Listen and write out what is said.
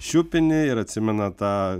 šiupinį ir atsimena tą